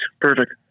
Perfect